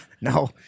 no